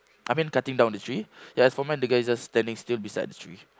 I mean cutting down the tree ya as for mine the guy is just standing still beside the tree